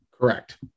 correct